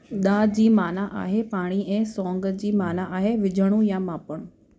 दा जी माना आहे पाणी ऐं सोंग जी माना आहे विझणो या मापणो